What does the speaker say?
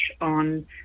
on